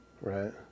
right